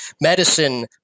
Medicine